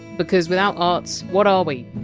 because without arts, what are we?